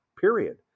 period